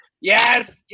yes